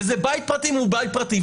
וזה בית פרטי מול בית פרטי,